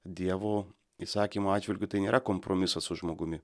dievo įsakymų atžvilgiu tai nėra kompromisas su žmogumi